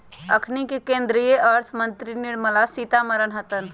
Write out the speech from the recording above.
अखनि के केंद्रीय अर्थ मंत्री निर्मला सीतारमण हतन